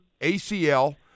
ACL